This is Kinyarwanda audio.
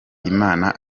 imana